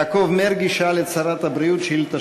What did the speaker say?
יעקב מרגי ישאל את שרת הבריאות שאילתה